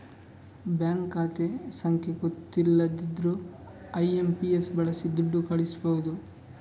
bank ಖಾತೆ ಸಂಖ್ಯೆ ಗೊತ್ತಿಲ್ದಿದ್ರೂ ಐ.ಎಂ.ಪಿ.ಎಸ್ ಬಳಸಿ ದುಡ್ಡು ಕಳಿಸ್ಬಹುದು